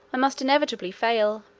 i must inevitably fail.